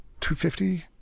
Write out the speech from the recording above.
250